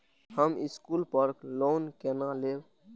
हम स्कूल पर लोन केना लैब?